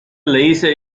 laser